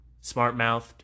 smart-mouthed